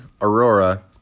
Aurora